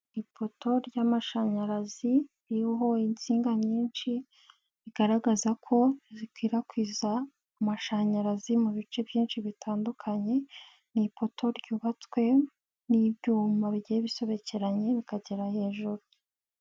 Ipoto y'amashanyarazi riho insinga nyinshi, bigaragaza ko zikwirakwiza amashanyarazi mu bice byinshi bitandukanye, ni ipoto ryubatswe n'ibyuma bigiye bisobekeranye bikagera hejuru.